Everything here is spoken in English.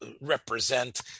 represent